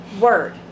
word